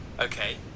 Okay